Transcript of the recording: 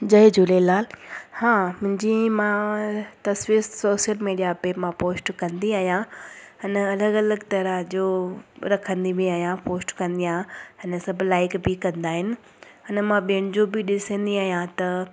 जय झूलेलाल हा मुंहिंजी मां तस्वीरु सोसल मीडिया ते मां पोस्ट कंदी आहियां अना अलॻि अलॻि तरह जो रखंदी बि आहियां पोस्ट कंदी आहियां अना सभु लाइक बि कंदा आहिनि अना मां ॿियनि जो बि ॾिसंदी आहियां त